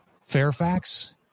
Fairfax